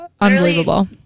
unbelievable